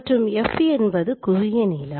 மற்றும் f என்பது குவிய நீளம்